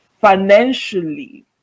financially